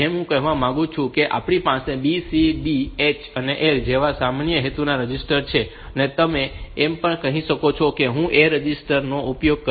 જેમ કે હું કહેવા માંગુ છું કે આપણી પાસે B C D H અને L જેવા સામાન્ય હેતુના રજિસ્ટર છે અને તમે એમ પણ કહી શકો કે હું A રજિસ્ટર નો પણ ઉપયોગ કરીશ